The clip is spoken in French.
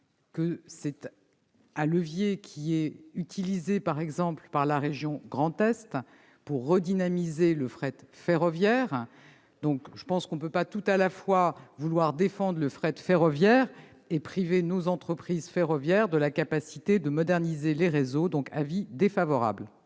C'est un levier utilisé, par exemple, par la région Grand-Est pour redynamiser le fret ferroviaire. On ne peut pas tout à la fois vouloir défendre le fret ferroviaire et priver nos entreprises de la capacité de moderniser les réseaux. Avis défavorable.